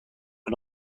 can